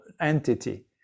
entity